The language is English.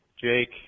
Jake